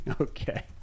Okay